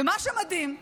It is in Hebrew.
ומה שמדהים הוא